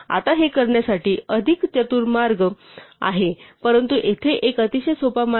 आता हे करण्यासाठी अधिक चतुर मार्ग आहेत परंतु येथे एक अतिशय सोपा मार्ग आहे